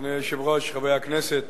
אדוני היושב-ראש, חברי הכנסת,